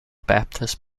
baptist